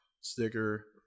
sticker